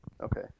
Okay